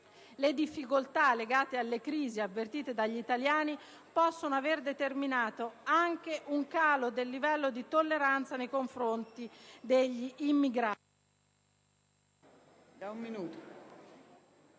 «Le difficoltà legate alla crisi avvertite dagli italiani possono aver determinato anche un calo del livello di tolleranza nei confronti degli immigrati,